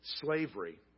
Slavery